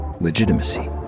legitimacy